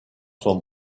sont